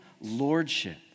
lordship